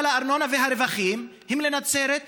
אבל הארנונה והרווחים הם לנצרת עילית.